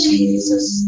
Jesus